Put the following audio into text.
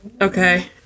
okay